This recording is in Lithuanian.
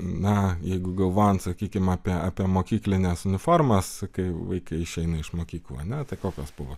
na jeigu galvojant sakykim apie apie mokyklines uniformas kai vaikai išeina iš mokyklų ar ne tai kokios spalvos